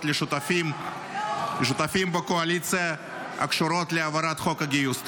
לשותפים בקואליציה הקשורות להעברת חוק הגיוס?